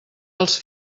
els